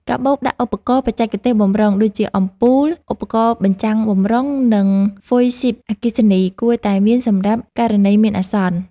កាបូបដាក់ឧបករណ៍បច្ចេកទេសបម្រុង ដូចជាអំពូល ឧបករណ៍បញ្ចាំងបម្រុង និងហ្វុយស៊ីបអគ្គិសនី គួរតែមានសម្រាប់ករណីមានអាសន្ន។